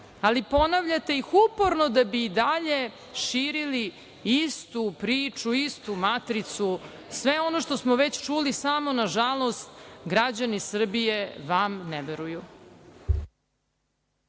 ali ponavljate ih uporno da bi i dalje širili istu priču, istu matricu, sve ono što smo već čuli samo nažalost građani Srbije vam ne veruju.